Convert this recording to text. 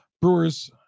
Brewers